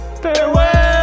farewell